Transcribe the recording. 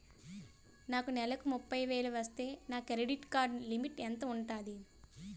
నాకు నెలకు ముప్పై వేలు వస్తే నా క్రెడిట్ కార్డ్ లిమిట్ ఎంత ఉంటాది?